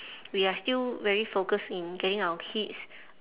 we are still very focused in getting our kids